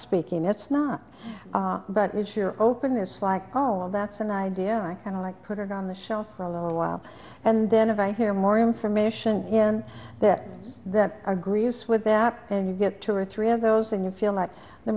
speaking it's not but it sure openness like oh well that's an idea i kind of like put it on the shelf for a little while and then if i hear more information that is that are greece with that and you get two or three of those and you feel like there